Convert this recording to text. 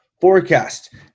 Forecast